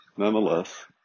nonetheless